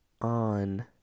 on